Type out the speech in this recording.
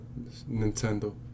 Nintendo